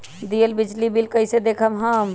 दियल बिजली बिल कइसे देखम हम?